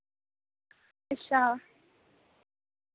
अच्छा